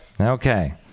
Okay